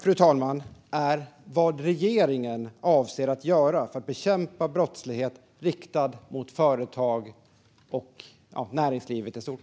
Min fråga är vad regeringen avser att göra för att bekämpa brottslighet riktad mot företag och näringslivet i stort.